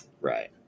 Right